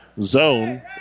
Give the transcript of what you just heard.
zone